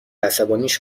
عصبانیش